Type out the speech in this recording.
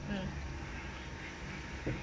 mm